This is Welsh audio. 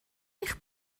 eich